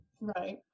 right